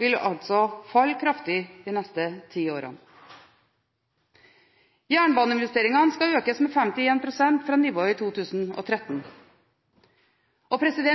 vil altså falle kraftig de neste ti årene. Jernbaneinvesteringene skal økes med 51 pst. fra nivået i 2013.